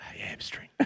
Hamstring